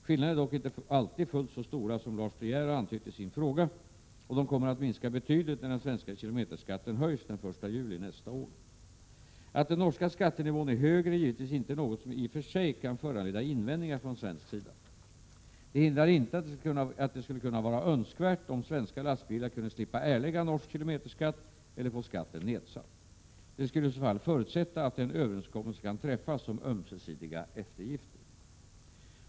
Skillnaderna är dock inte alltid fullt så stora som Lars De Geer har antytt i sin fråga, och de kommer att minska betydligt när den svenska kilometerskatten höjs den 1 juli nästa år. Att den norska skattenivån är högre är givetvis inte något som i och för sig kan föranleda invändningar från svensk sida. Det hindrar inte att det skulle kunna vara önskvärt att svenska lastbilar kunde slippa erlägga norsk kilometerskatt eller kunde få skatten nedsatt. Det skulle i så fall förutsätta att en överenskommelse kunde träffas om ömsesidiga eftergifter.